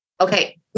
Okay